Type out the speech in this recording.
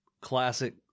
classic